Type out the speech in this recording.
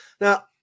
Now